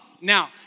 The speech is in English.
Now